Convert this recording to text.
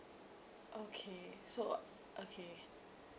okay so okay